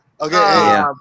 Okay